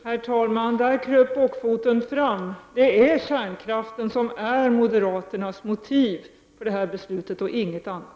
Herr talman! Där kröp bockfoten fram. Det är kärnkraften som är moderaternas motiv för detta beslut, och ingenting annat.